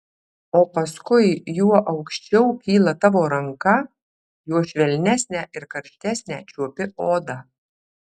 o paskui juo aukščiau kyla tavo ranka juo švelnesnę ir karštesnę čiuopi odą